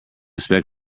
expect